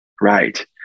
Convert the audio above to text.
Right